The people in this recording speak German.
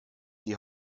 die